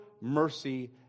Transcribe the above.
mercy